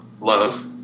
love